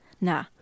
Nah